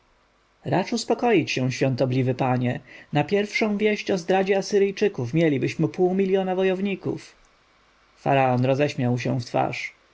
racz uspokoić się świątobliwy panie na pierwszą wieść o zdradzie asyryjczyków mielibyśmy pół miljona wojowników faraon roześmiał mu się w twarz